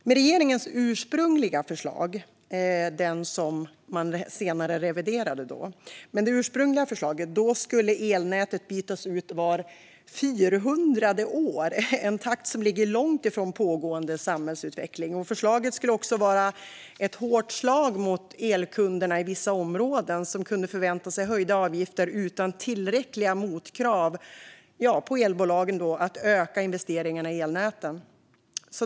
Med regeringens ursprungliga förslag, det som man senare reviderade, skulle elnätet bytas ut vart fyrhundrade år - en takt som ligger långt från pågående samhällsutveckling. Förslaget skulle också innebära ett hårt slag mot elkunderna i vissa områden, som kunde förvänta sig höjda avgifter utan tillräckliga motkrav på elbolagen att öka investeringarna i elnäten.